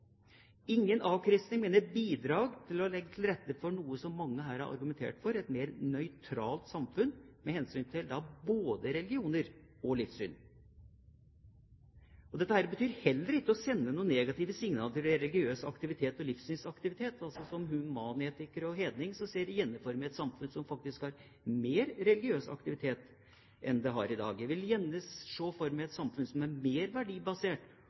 ingen avkristning, men et bidrag for å legge til rette for noe som mange her har argumentert for, et mer nøytralt samfunn med hensyn til både religioner og livssyn. Dette betyr heller ikke å sende noen negative signaler om religiøs aktivitet og livssynsaktivitet. Som humanetiker og hedning ser jeg gjerne for meg et samfunn som faktisk har mer religiøs aktivitet enn det det har i dag. Jeg ser gjerne for meg et samfunn som er mer verdibasert